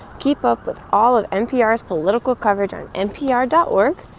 keep up with all of npr's political coverage on npr dot org,